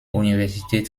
universität